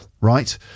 right